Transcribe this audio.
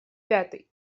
пятый